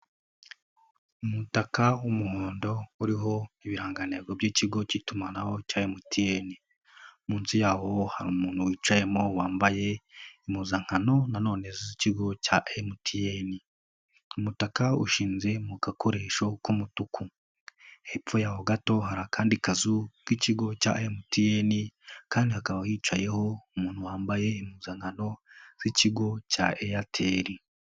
Umutaka w'umuhondo uriho ibihangano by'ikigo k'itumanaho cya MTN, munsi y'aho hari umuntu wicayemo wambaye impuzankano nanone z'ikigo cya MTN umutaka ushinze mu gakoresho k'umutuku, hepfo y'aho gato hari akandi kazu k'ikigo cya MTN kandi hakaba hicayeho umuntu wambaye impuzankano z'ikigo cya Airtel.